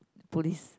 police